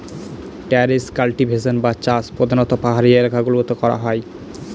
terrace cultivation বা চাষ প্রধানত পাহাড়ি এলাকা গুলোতে করা হয়